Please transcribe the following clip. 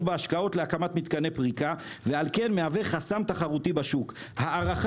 בהשקעות להקמת מתקני פריקה ועל כן מהווה חסם תחרותי בשוק.